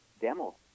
demo